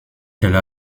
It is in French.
qu’elle